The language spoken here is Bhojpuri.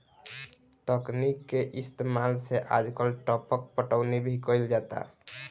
तकनीक के इस्तेमाल से आजकल टपक पटौनी भी कईल जाता